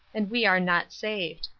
and we are not saved.